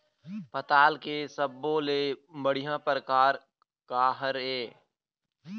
पताल के सब्बो ले बढ़िया परकार काहर ए?